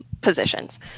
Positions